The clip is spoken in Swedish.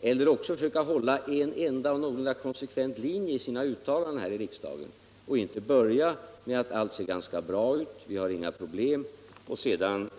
Eller också bör han försöka hålla en enda och någorlunda konsekvent linje i sina uttalanden här i riksdagen och inte börja med att allt ser ganska bra ut, att vi inte har några problem, och sedan